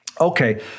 Okay